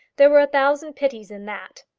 there were a thousand pities in that.